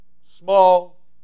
small